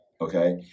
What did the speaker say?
Okay